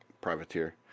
Privateer